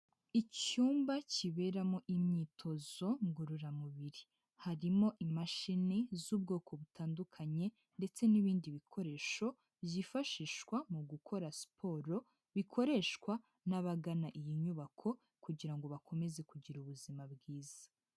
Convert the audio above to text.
Icyumba kiberamo imyitozo ngororamubiri, harimo imashini z'ubwoko butandukanye ndetse n'ibindi bikoresho byifashishwa mu gukora siporo bikoreshwa n'abagana iyi nyubako kugira ngo bakomeze kugira ubuzima bwiza.